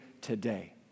today